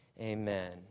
Amen